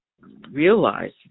realize